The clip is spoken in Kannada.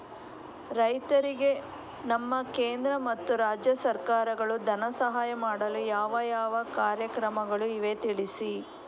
ರೈತರಿಗೆ ನಮ್ಮ ಕೇಂದ್ರ ಮತ್ತು ರಾಜ್ಯ ಸರ್ಕಾರಗಳು ಧನ ಸಹಾಯ ಮಾಡಲು ಯಾವ ಯಾವ ಕಾರ್ಯಕ್ರಮಗಳು ಇವೆ ತಿಳಿಸಿ?